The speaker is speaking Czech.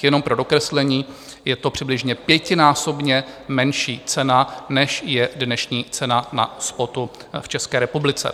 Jenom pro dokreslení, je to přibližně pětinásobně menší cena, než je dnešní cena na spotu v České republice.